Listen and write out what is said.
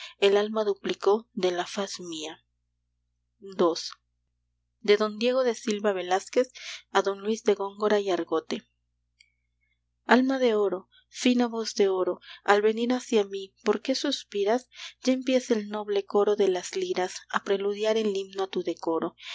el alma duplicó de la faz mía ii de don diego de silva velázquez a don luis de góngora y argote alma de oro fina voz de oro al venir hacia mí por qué suspiras ya empieza el noble coro de las liras a preludiar el himno a tu decoro